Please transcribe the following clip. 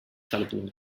building